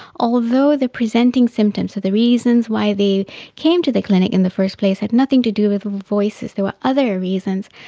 although the presenting symptoms, so the reasons why they came to the clinic in the first place had nothing to do with voices, there were other reasons,